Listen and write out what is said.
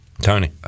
Tony